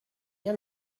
bien